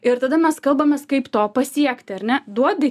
ir tada mes kalbamės kaip to pasiekti ar ne duodi